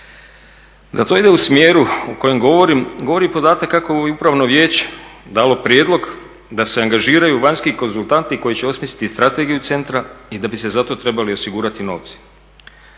Da to ide u smjeru u kojem govorim govori i podatak kako je upravno vijeće dalo prijedlog da se angažiraju vanjski konzultanti koji će osmisliti strategiju centra i da bi se za to trebali osigurati novci.